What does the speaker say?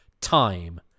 time